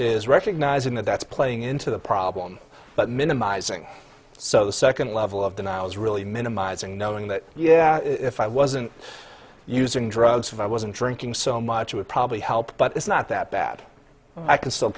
is recognizing that that's playing into the problem but minimizing so the second level of denial is really minimizing knowing that yeah if i wasn't using drugs if i wasn't drinking so much it would probably help but it's not that bad i can still